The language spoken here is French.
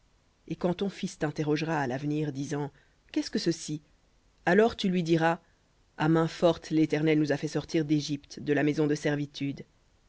et quand ton fils t'interrogera à l'avenir disant qu'est-ce que ceci alors tu lui diras à main forte l'éternel nous a fait sortir d'égypte de la maison de servitude